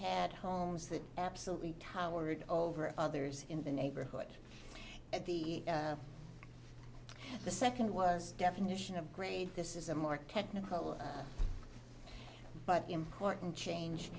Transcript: had homes that absolutely towered over others in the neighborhood at the the second worst definition of gray this is a more technical but important change